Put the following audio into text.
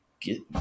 get